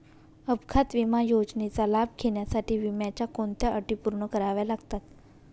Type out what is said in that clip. अपघात विमा योजनेचा लाभ घेण्यासाठी विम्याच्या कोणत्या अटी पूर्ण कराव्या लागतात?